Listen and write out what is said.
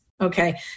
Okay